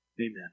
Amen